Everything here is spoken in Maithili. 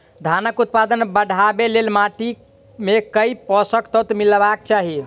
धानक उत्पादन बढ़ाबै लेल माटि मे केँ पोसक तत्व मिलेबाक चाहि?